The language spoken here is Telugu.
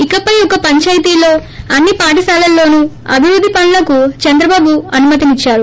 ఇకపై ఒక పంచాయతీలో అన్ని పాఠశాలల్లోనూ అభివృద్ది పనులకు చంద్రబాబు అనుమతిచ్చారు